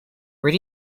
where